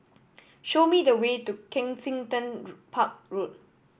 show me the way to Kensington Road Park Road